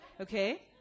Okay